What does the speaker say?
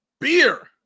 Beer